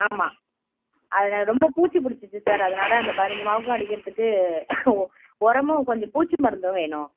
ஆமாம் அதில் ரொம்ப பூச்சி பிடிச்சிச்சி சார் அதனால் அந்த பதினஞ்சு மாவுக்கும் அடிக்கிறதுக்கு உரமும் கொஞ்சம் பூச்சி மருந்தும் வேணும்